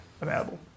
available